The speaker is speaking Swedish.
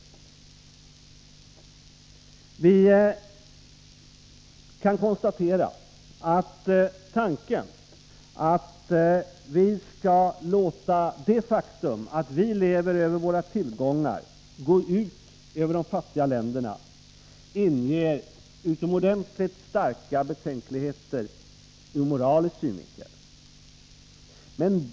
Vi kan konstatera, att tanken att vi skall låta det faktum att vi lever över våra tillgångar gå ut över de fattiga länderna inger utomordentligt starka betänkligheter ur moralisk synvinkel.